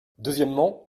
deuxièmement